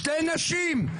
שתי נשים,